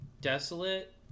desolate